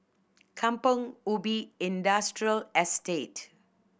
Kampong Ubi Industrial Estate